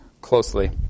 closely